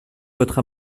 votre